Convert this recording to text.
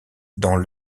dans